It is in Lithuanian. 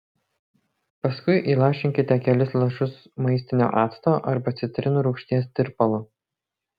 paskui įlašinkite kelis lašus maistinio acto arba citrinų rūgšties tirpalo